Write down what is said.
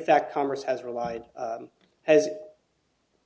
fact congress has relied has